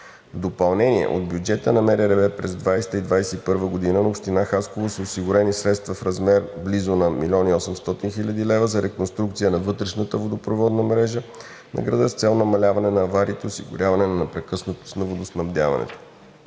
допълнение от бюджета на МРРБ през 2020-а и 2021 г. на община Хасково са осигурени средства в размер близо на 1 млн. 800 хил. лв. за реконструкция на вътрешната водопроводна мрежа на града с цел намаляване на авариите и осигуряване на непрекъснатост на водоснабдяването.